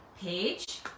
page